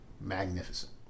magnificent